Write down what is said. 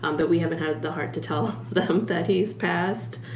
um but we haven't had the heart to tell them that he has passed.